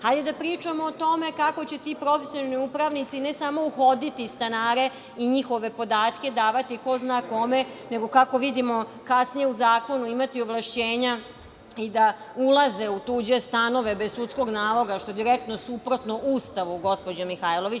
Hajde da pričamo o tome kako će ti profesionalni upravnici ne samo uhoditi stanare i njihove podatke davati ko zna kome, nego, kako vidimo kasnije u zakonu, imati ovlašćenja i da ulaze u tuđe stanove bez sudskog naloga, što je direktno suprotno Ustavu, gospođo Mihajlović.